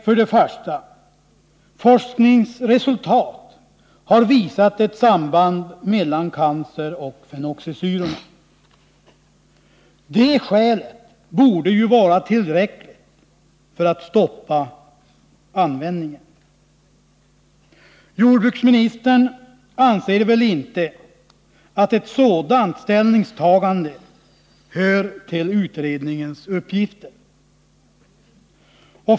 För det första: Forskningsresultat har visat ett samband mellan cancer och fenoxisyrorna. Det skälet borde ju vara tillräckligt för att stoppa användningen. Jordbruksministern anser väl inte att ett sådant ställningstagande hör till utredningens uppgifter?